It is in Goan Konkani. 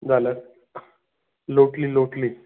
जाल्यार लोटली लोटली